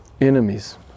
enemies